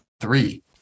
three